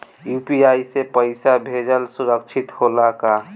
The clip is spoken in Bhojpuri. यू.पी.आई से पैसा भेजल सुरक्षित होला का?